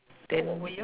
then